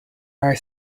are